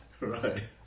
right